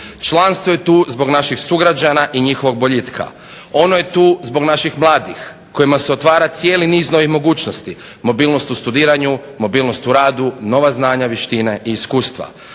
Članstvo je tu zbog naših sugrađana i njihovog boljitka. Ono je tu zbog naših mladih kojima se otvara cijeli niz novih mogućnosti, mobilnost u studiranju, mobilnost u radu, nova znanja, vještine i iskustva.